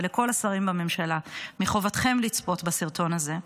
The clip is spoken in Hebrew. ולכל השרים בממשלה: מחובתכם לצפות בסרטון הזה.